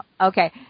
okay